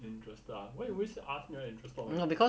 interested ah why you always ask me whether I interested or not